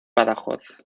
badajoz